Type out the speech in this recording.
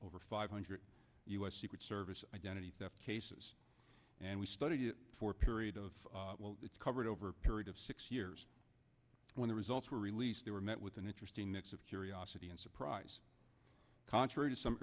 over five hundred u s secret service identity theft cases and we studied it for a period of it's covered over a period of six years when the results were released they were met with an interesting mix of curiosity and surprise contrary to some